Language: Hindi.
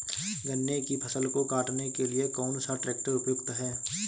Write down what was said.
गन्ने की फसल को काटने के लिए कौन सा ट्रैक्टर उपयुक्त है?